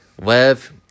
Lev